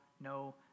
no